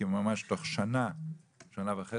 כי הוא יצא מזה ממש תוך שנה-שנה וחצי.